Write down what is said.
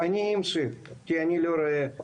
אני אמשיך כי אני לא רואה את המצגת.